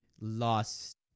lost